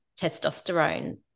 testosterone